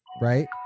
Right